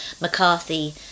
McCarthy